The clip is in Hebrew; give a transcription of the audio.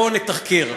בואו נתחקר.